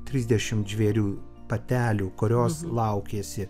trisdešimt žvėrių patelių kurios laukėsi